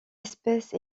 espèce